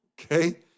Okay